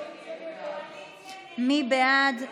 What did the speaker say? מי בעד?